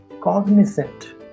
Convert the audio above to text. cognizant